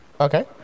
okay